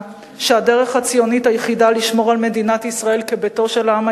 שהדרך הציונית היחידה לשמור על מדינת ישראל כביתו של העם